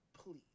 Please